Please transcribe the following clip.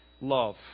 Love